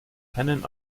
keinen